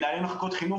מנהלי מחלקות חינוך,